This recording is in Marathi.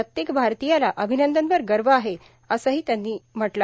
प्रत्येक भारतीयाला अभिनंदनवर गर्व आहे असंही ते म्हणाले